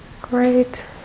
Great